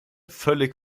völlig